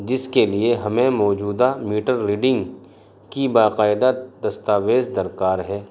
جس کے لیے ہمیں موجودہ میٹر ریڈنگ کی باقاعدہ دستاویز درکار ہے